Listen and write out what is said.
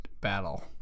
Battle